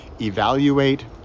Evaluate